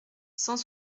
cent